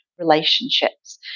relationships